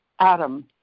Adam